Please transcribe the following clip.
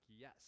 yes